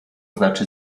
znaczy